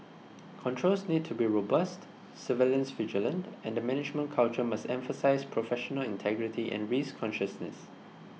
controls need to be robust surveillance vigilant and the management culture must emphasise professional integrity and risk consciousness